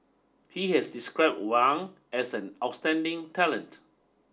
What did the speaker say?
he has described Wang as an outstanding talent